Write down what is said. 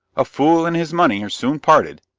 a fool and his money are soon parted.